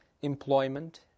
employment